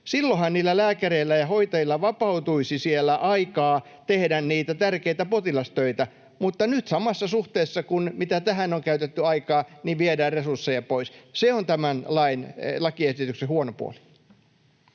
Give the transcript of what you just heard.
Silloinhan niillä lääkäreillä ja hoitajilla vapautuisi aikaa tehdä siellä niitä tärkeitä potilastöitä, mutta nyt samassa suhteessa, kuin mitä tähän on käytetty aikaa, viedään resursseja pois. Se on tämän lain, lakiesityksen, huono puoli.